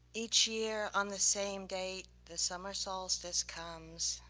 each year on the same date, the summer solstice comes.